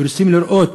ורוצים לראות